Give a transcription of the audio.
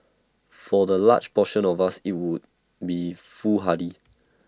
for the large portion of us IT would be foolhardy